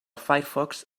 firefox